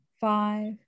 five